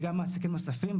וגם מעסיקים נוספים.